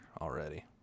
already